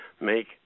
Make